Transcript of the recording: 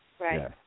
right